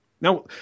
Now